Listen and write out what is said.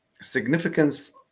Significance